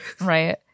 Right